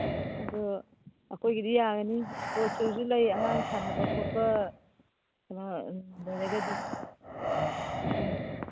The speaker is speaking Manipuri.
ꯑꯗꯨ ꯑꯩꯈꯣꯏꯒꯤꯗꯤ ꯌꯥꯒꯅꯤ ꯏꯁꯄꯣꯠ ꯁꯨꯁꯨ ꯂꯩ ꯑꯉꯥꯡ ꯁꯥꯟꯅꯕ ꯈꯣꯠꯄ ꯀꯩꯅꯣ ꯂꯩꯔꯒꯗꯤ ꯎꯝ